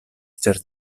ĉar